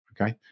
Okay